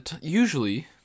usually